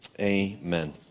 Amen